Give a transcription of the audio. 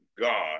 god